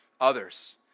others